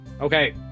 Okay